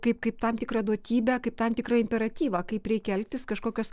kaip kaip tam tikrą duotybę kaip tam tikrą imperatyvą kaip reikia elgtis kažkokios